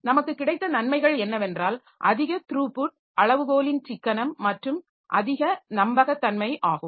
நமக்கு கிடைத்த நன்மைகள் என்னவென்றால் அதிக த்ரூபுட் அளவுகோலின் சிக்கனம் மற்றும் அதிக நம்பகத்தன்மை ஆகும்